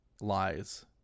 lies